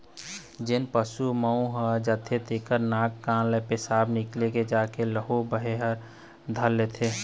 जेन पशु के मउत हो जाथे तेखर नाक, कान अउ पेसाब निकले के जघा ले लहू बहे ल धर लेथे